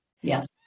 Yes